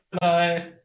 Bye